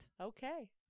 Okay